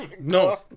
no